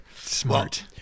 smart